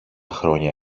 χρόνια